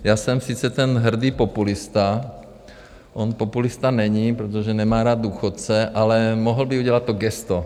Já jsem sice ten hrdý populista, on populista není, protože nemá rád důchodce, ale mohl by udělat to gesto.